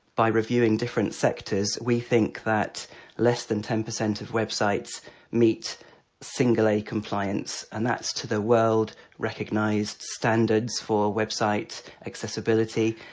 by reviewing different sectors, we think that less than ten percent of websites meet singularly compliance and that's to the world recognised standards for website accessibility.